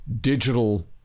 digital